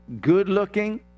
good-looking